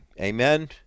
Amen